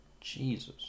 Jesus